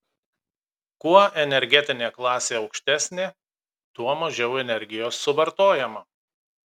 kuo energetinė klasė aukštesnė tuo mažiau energijos suvartojama